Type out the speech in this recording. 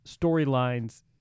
storylines